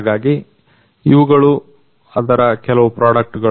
ಹಾಗಾಗಿ ಇವುಗಳು ಅದರ ಕೆಲವು ಪ್ರಾಡಕ್ಟ್ ಗಳು